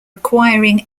acquiring